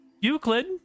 Euclid